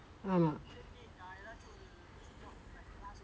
ஆமாம்:aamaam